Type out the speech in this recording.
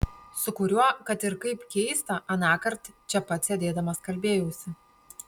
su kuriuo kad ir kaip keista anąkart čia pat sėdėdamas kalbėjausi